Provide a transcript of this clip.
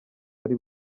bari